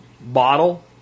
bottle